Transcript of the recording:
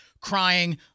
crying